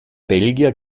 belgier